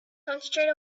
concentrate